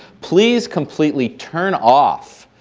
please completely turn off,